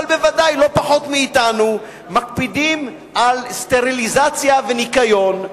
אבל בוודאי לא פחות מאתנו מקפידים על סטריליזציה וניקיון.